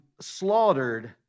slaughtered